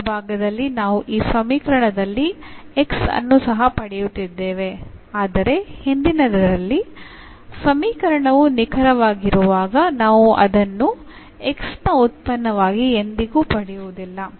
ಬಲಭಾಗದಲ್ಲಿ ನಾವು ಈ ಸಮೀಕರಣದಲ್ಲಿ x ಅನ್ನು ಸಹ ಪಡೆಯುತ್ತಿದ್ದೇವೆ ಆದರೆ ಹಿಂದಿನದರಲ್ಲಿ ಸಮೀಕರಣವು ನಿಖರವಾಗಿರುವಾಗ ನಾವು ಇದನ್ನು x ನ ಉತ್ಪನ್ನವಾಗಿ ಎಂದಿಗೂ ಪಡೆಯುವುದಿಲ್ಲ